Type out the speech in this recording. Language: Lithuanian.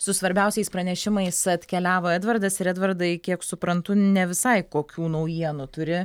su svarbiausiais pranešimais atkeliavo edvardas ir edvardai kiek suprantu ne visai kokių naujienų turi